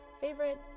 favorite